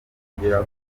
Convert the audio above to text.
kohereza